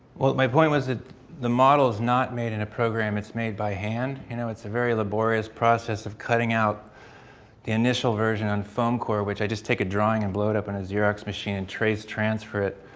well my point was that the model is not made in a program, it's made by hand. you know it's a very laborious process of cutting out the initial version on foam core which i just take a drawing and blow it up in a xerox machine and trace transfer it.